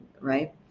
right